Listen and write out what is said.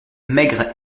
maigre